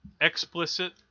Explicit